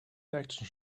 action